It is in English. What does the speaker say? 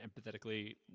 empathetically